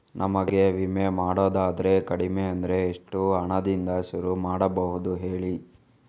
ನಮಗೆ ವಿಮೆ ಮಾಡೋದಾದ್ರೆ ಕಡಿಮೆ ಅಂದ್ರೆ ಎಷ್ಟು ಹಣದಿಂದ ಶುರು ಮಾಡಬಹುದು ಹೇಳಿ